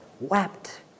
Wept